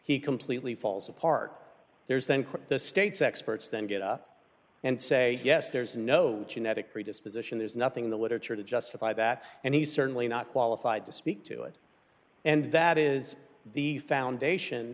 he completely falls apart there's then quit the state's experts then get up and say yes there's no genetic predisposition there's nothing in the literature to justify that and he's certainly not qualified to speak to it and that is the foundation